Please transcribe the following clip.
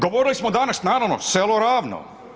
Govorili smo danas naravno, selo Ravno.